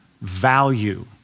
value